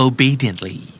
Obediently